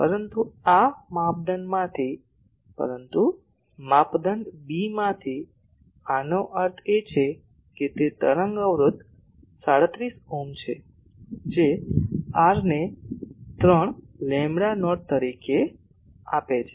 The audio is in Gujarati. પરંતુ આ આ માપદંડમાંથી પરંતુ માપદંડ બી માંથી આનો અર્થ એ કે તે તરંગ અવરોધ 37 ઓહ્મ છે જે r ને 3 લેમ્બડા નોટ તરીકે આપે છે